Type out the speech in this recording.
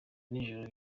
nijoro